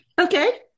Okay